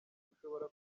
ushobora